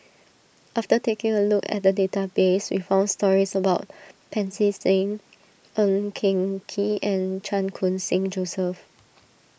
after taking a look at the database we found stories about Pancy Seng Ng Eng Kee and Chan Khun Sing Joseph